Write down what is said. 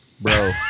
Bro